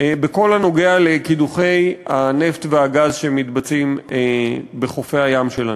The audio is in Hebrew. בכל הקשור לקידוחי הנפט והגז שנעשים בחופי הים שלנו.